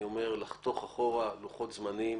אני אומר, לחתוך אחורה, לוחות זמנים,